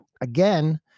Again